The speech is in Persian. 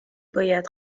باید